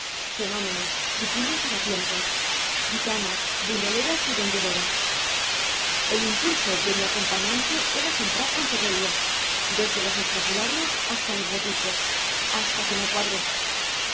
fenómenos chiquillos harapientos gitanas buñoleras y vendedoras el impulso de mi acompañante era comprar cuanto veía desde los escapularios hasta los botijos hasta que me cuadré